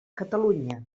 catalunya